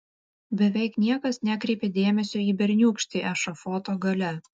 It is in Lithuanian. beveik niekas nekreipė dėmesio į berniūkštį ešafoto gale